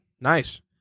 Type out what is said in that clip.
Nice